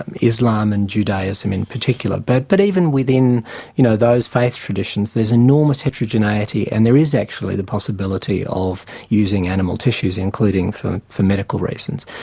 and islam and judaism in particular. but but even within you know those faith traditions there's enormous heterogeneity and there is actually the possibility of using animal tissues, including for for medical reasons.